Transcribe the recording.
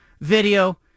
video